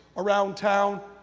around town,